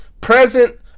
present